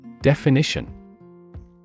Definition